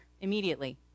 immediately